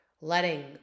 letting